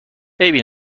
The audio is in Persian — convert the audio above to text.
عیبی